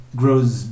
grows